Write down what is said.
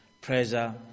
pressure